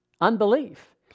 unbelief